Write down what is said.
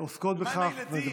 עוסקות בו.